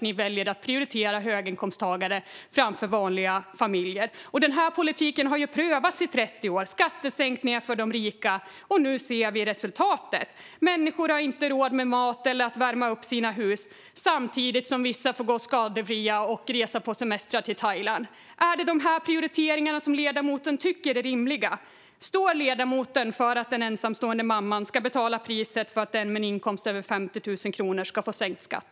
Ni väljer att prioritera höginkomsttagare framför vanliga familjer. Politiken med skattesänkningar för de rika har prövats i 30 år. Nu ser vi resultatet. Människor har inte råd med mat eller att värma upp sina hus. Samtidigt får vissa gå skadefria och kan resa på semestrar till Thailand. Är det de prioriteringarna ledamoten tycker är rimliga? Står ledamoten för att den ensamstående mamman ska betala priset för att den som har en inkomst över 50 000 kronor ska få sänkt skatt?